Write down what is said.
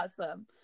awesome